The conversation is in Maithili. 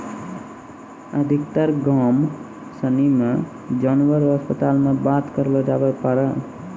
अधिकतर गाम सनी मे जानवर रो अस्पताल मे बात करलो जावै पारै